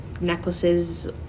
necklaces